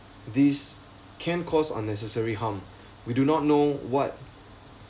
these can cause unnecessary harm we do not know what